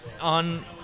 on